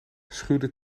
schuurde